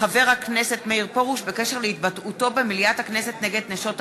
חבר הכנסת מאיר פרוש בקשר להתבטאותו במליאת הכנסת נגד "נשות הכותל".